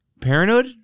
parenthood